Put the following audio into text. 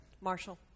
Marshall